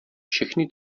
všechny